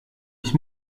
ich